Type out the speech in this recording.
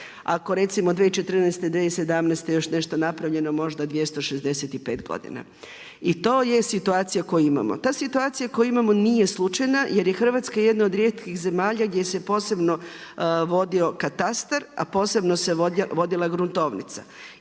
ako recimo 2014., 2017. još nešto napravljeno možda 265 godina i to je situacija koju imamo. Ta situacija koju imamo nije slučajna jer je Hrvatska jedna od rijetkih zemalja gdje se posebno vodio katastar a posebno se vodila gruntovnica.